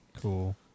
cool